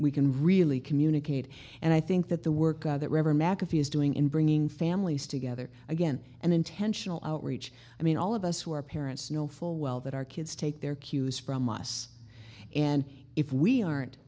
we can really communicate and i think that the work of that river mcafee is doing in bringing families together again and intentional outreach i mean all of us who are parents know full well that our kids take their cues from us and if we aren't